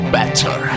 better